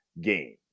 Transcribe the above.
game